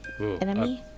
Enemy